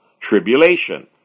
tribulation